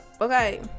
Okay